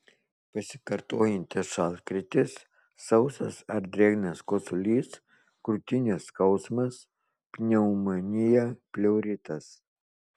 pasikartojantis šaltkrėtis sausas ar drėgnas kosulys krūtinės skausmas pneumonija pleuritas